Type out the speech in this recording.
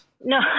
no